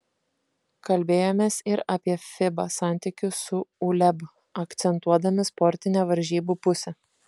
kalbėjomės ir apie fiba santykius su uleb akcentuodami sportinę varžybų pusę